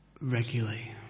regularly